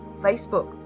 Facebook